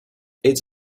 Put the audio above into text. its